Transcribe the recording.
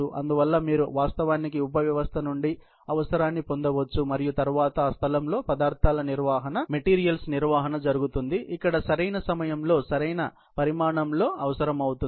అందువల్ల మీరు వాస్తవానికి ఉప వ్యవస్థ నుండి అవసరాన్ని పొందవచ్చు మరియు తరువాత ఆ స్థలంలో పదార్థాల నిర్వహణ జరుగుతుంది ఇక్కడ సరైన సమయంలో సరైన పరిమాణంలో అవసరమవుతుంది